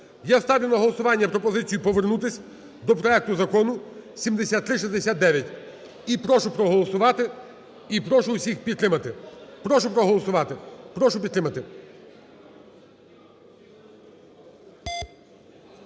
Я ставлю на голосування пропозицію повернутися до проекту Закону 7369. І прошу проголосувати, і прошу всіх підтримати. Прошу проголосувати, прошу підтримати.